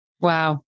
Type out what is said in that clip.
Wow